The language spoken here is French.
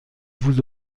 vous